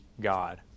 God